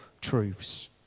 truths